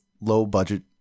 low-budget